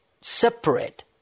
separate